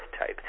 type